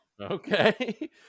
Okay